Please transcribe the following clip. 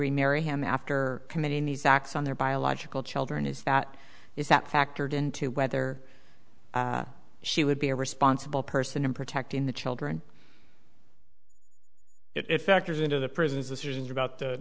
remarry him after committing these acts on their biological children is that is that factored in to whether she would be a responsible person in protecting the children it factors into the prisons this is about the